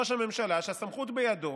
ראש הממשלה, שהסמכות בידו,